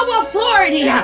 authority